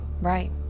Right